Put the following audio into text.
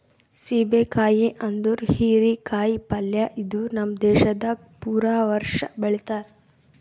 ಸೀಬೆ ಕಾಯಿ ಅಂದುರ್ ಹೀರಿ ಕಾಯಿ ಪಲ್ಯ ಇದು ನಮ್ ದೇಶದಾಗ್ ಪೂರಾ ವರ್ಷ ಬೆಳಿತಾರ್